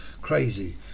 Crazy